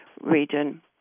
region